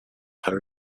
her